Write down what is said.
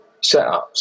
setups